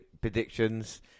predictions